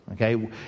Okay